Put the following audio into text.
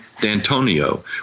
D'Antonio